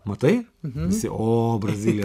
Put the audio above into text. matai visi o brazilija